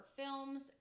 films